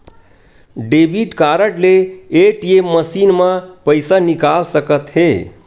debit card ले ATM machine म पइसा निकाल सकत हे